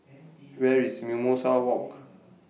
Where IS Mimosa Walk